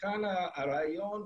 כאן הרעיון,